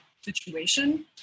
situation